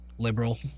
liberal